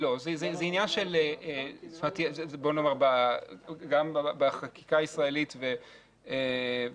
לא, בוא נאמר גם בחקיקה הישראלית וגם